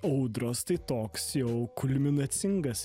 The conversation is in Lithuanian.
audros tai toks jau kulminacingas